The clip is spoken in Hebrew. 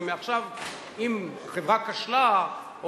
ומעכשיו אם חברה כשלה,